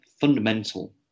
fundamental